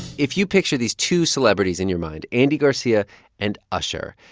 if you picture these two celebrities in your mind, andy garcia and usher,